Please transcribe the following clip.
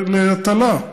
הטלה.